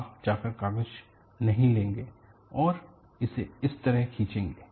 आप जाकर कागज नहीं लेंगे और इसे इस तरह खींचेंगे